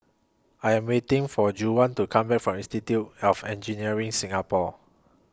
I Am waiting For Juwan to Come Back from Institute of Engineers Singapore